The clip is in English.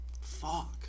fuck